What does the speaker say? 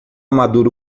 maduro